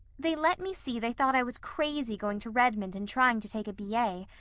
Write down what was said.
they let me see they thought i was crazy going to redmond and trying to take a b a,